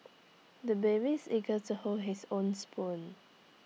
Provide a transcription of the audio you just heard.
the babies eager to hold his own spoon